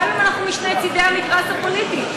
גם אם אנחנו משני צדי המתרס הפוליטי.